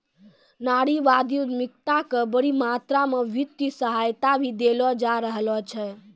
नारीवादी उद्यमिता क बड़ी मात्रा म वित्तीय सहायता भी देलो जा रहलो छै